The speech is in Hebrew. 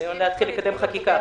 הניסיון לקדם חקיקה.